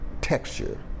texture